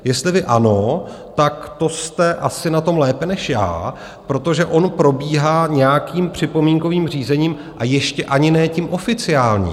Jestli vy ano, tak to jste asi na tom lépe než já, protože on probíhá nějakým připomínkovým řízením, a ještě ani ne tím oficiálním.